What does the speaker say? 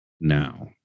now